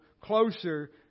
closer